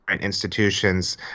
institutions